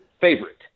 favorite